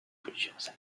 plusieurs